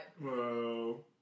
Whoa